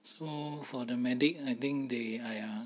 so for the medic I think they !aiya!